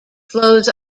flows